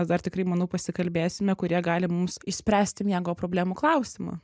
dar tikrai manau pasikalbėsime kurie gali mums išspręsti miego problemų klausimą